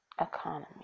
economy